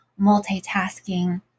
multitasking